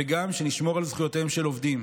וגם שנשמור על זכויותיהם של עובדים.